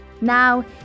Now